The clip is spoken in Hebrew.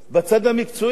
בצד החברתי,